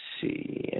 see